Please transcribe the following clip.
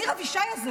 ניר אבישי הזה,